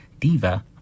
Diva